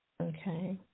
Okay